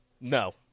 No